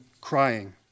crying